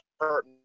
hurt